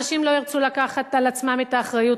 אנשים לא ירצו לקחת על עצמם את האחריות